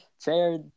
chair